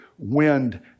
wind